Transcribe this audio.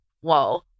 whoa